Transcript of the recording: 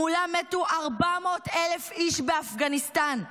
מולם מתו 400,000 איש באפגניסטן ועיראק.